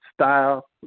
style